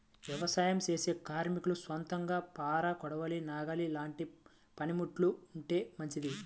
యవసాయం చేసే కార్మికులకు సొంతంగా పార, కొడవలి, నాగలి లాంటి పనిముట్లు ఉంటే మంచిది